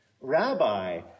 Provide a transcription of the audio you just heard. Rabbi